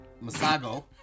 Masago